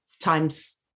times